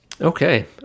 Okay